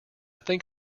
think